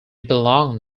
belonged